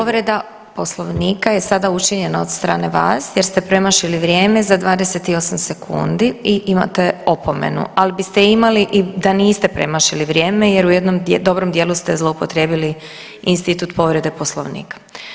Povreda Poslovnika je sada učinjena od strane vas jer ste premašili vrijeme za 28 sekundi i imate opomenu, ali biste imali i da niste premašili vrijeme jer u jednom dobrom dijelu ste zloupotrijebili institut povrede Poslovnika.